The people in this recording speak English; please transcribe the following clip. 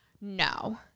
no